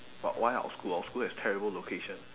but why our school our school has terrible location